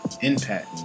Impact